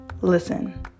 Listen